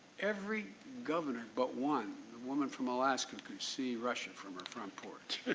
every governor but one. the woman from alaska could see russia from her front porch.